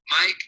Mike